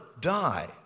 die